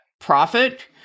profit